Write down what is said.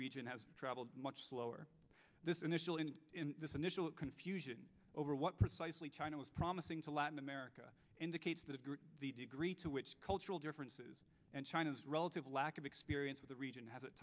region has travelled much slower this initial in this initial confusion over what precisely china was promising to latin america indicates that the degree to which cultural differences and china's relative lack of experience of the region has at